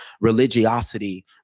religiosity